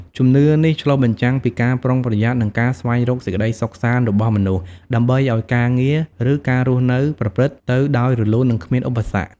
ជំនឿនេះឆ្លុះបញ្ចាំងពីការប្រុងប្រយ័ត្ន និងការស្វែងរកសេចក្តីសុខសាន្តរបស់មនុស្ស ដើម្បីឱ្យការងារ ឬការរស់នៅប្រព្រឹត្តទៅដោយរលូន និងគ្មានឧបសគ្គ។